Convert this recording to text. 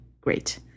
Great